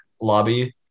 lobby